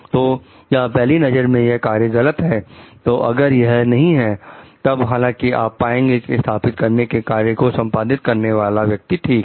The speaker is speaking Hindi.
तो क्या पहली नजर में यह कार्य गलत है तो अगर यह नहीं है तब हालांकिआप पाएंगे की स्थापित करने के कार्य को संपादित करने वाला व्यक्ति ठीक था